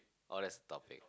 oh that's topic